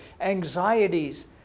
anxieties